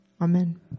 Amen